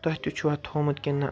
تۄہہِ تہِ چھُوا تھوٚمُت کِنہٕ نہ